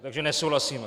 Takže nesouhlasíme.